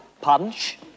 Punch